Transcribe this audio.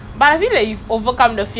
like is it slimy or what